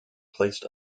placed